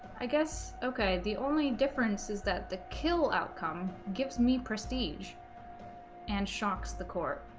i guess okay the only difference is that the kill outcome gives me prestige and shocks the court